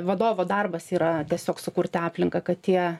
vadovo darbas yra tiesiog sukurti aplinką kad tie